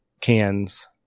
cans